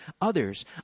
others